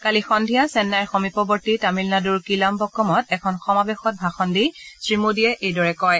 কালি সদ্ধিয়া চেন্নাইৰ সমীপৱৰ্তী তামিলনাডুৰ কিলামবক্কমত এখন সমাৱেশত ভাষণ দি শ্ৰীমোডীয়ে এইদৰে কয়